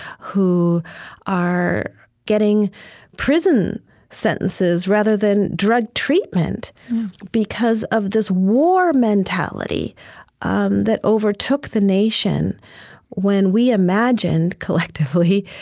who are getting prison sentences rather than drug treatment because of this war mentality um that overtook the nation when we imagined, collectively,